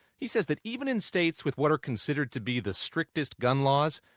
he says that, even in states with what are considered to be the strictest gun laws,